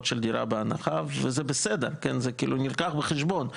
זה לא נכון.